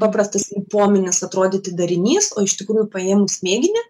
paprastas limfoninis atrodyti darinys o iš tikrųjų paėmus mėginį